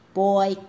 boy